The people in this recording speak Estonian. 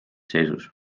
seisus